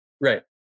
Right